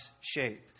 shape